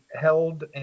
held